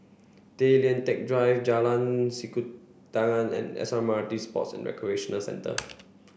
Tay Lian Teck Drive Jalan Sikudangan and S M R T Sports and Recreational Centre